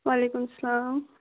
وعلیکُم اسلام